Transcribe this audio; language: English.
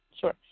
Sure